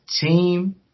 team